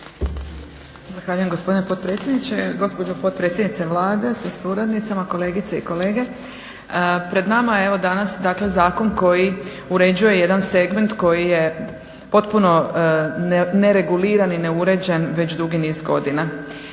Zahvaljujem gospodine potpredsjedniče. Gospođo potpredsjednice Vlade sa suradnicama, kolegice i kolege. Pred nama je evo danas dakle zakon koji uređuje jedan segment koji je potpuno nereguliran i neuređen već dugi niz godina.